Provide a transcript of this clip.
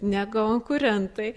ne konkurentai